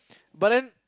but then